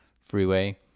freeway